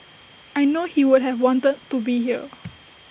I know he would have wanted to be here